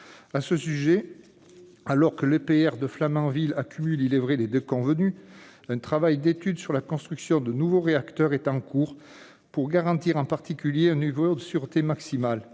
À ce sujet, alors que l'EPR de Flamanville accumule, il est vrai, les déconvenues, un travail d'étude sur la construction de nouveaux réacteurs est en cours pour garantir, en particulier, un niveau de sûreté maximal.